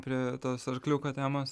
prie tos arkliuko temos